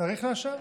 צריך לאשר.